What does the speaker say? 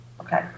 Okay